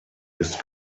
ist